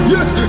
Yes